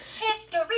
History